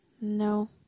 No